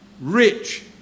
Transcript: rich